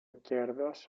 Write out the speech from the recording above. κέρδος